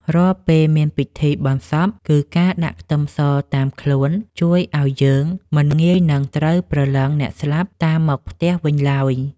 រាល់ពេលមានពិធីបុណ្យសពគឺការដាក់ខ្ទឺមសតាមខ្លួនជួយឱ្យយើងមិនងាយនឹងត្រូវព្រលឹងអ្នកស្លាប់តាមមកផ្ទះវិញឡើយ។